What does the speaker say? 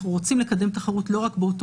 ואנחנו רוצים לקדם תחרות לא רק באותו